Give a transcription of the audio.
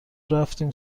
رفتیم